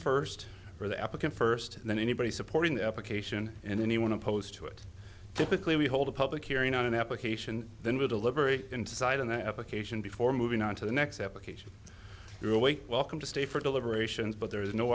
first for the applicant first and then anybody supporting the application and anyone opposed to it typically we hold a public hearing on an application then we deliberate inside on the application before moving on to the next epic age welcome to stay for deliberations but there is no